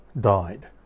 died